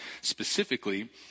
specifically